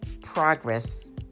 progress